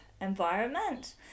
environment